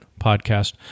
podcast